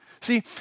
See